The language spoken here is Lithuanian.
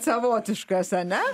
savotiškas ane